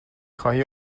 خواهی